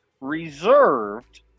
reserved